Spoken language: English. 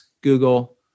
Google